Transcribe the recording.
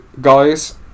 guys